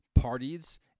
Parties